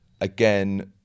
again